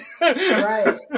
right